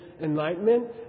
enlightenment